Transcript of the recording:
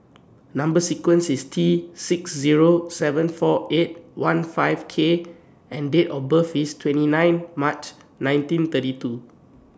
Number sequence IS T six Zero seven four eight one five K and Date of birth IS twenty nine March nineteen thirty two